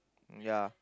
ya